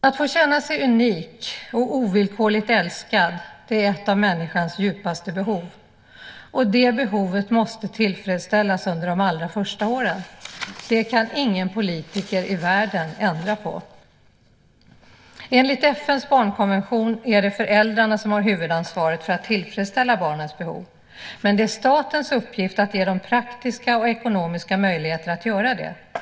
Att få känna sig unik och ovillkorligt älskad är ett av människans djupaste behov, och det behovet måste tillfredsställas under de allra första åren. Det kan ingen politiker i världen ändra på. Enligt FN:s barnkonvention är det föräldrarna som har huvudansvaret för att tillfredsställa barnens behov, men det är statens uppgift att ge dem praktiska och ekonomiska möjligheter att göra det.